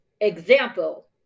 Example